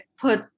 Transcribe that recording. put